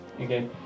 okay